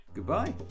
Goodbye